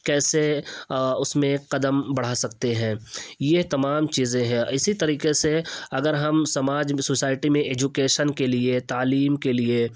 کیسے اس میں قدم بڑھا سکتے ہیں یہ تمام چیزیں ہیں اسی طریکے سے اگر ہم سماج میں سوسائٹی میں ایجوکیشن کے لیے تعلیم کے لیے